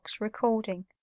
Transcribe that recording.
recording